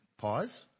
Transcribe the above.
Pause